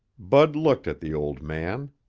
bud looked at the old man.